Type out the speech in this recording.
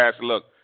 Look